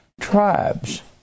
tribes